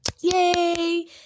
yay